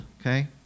okay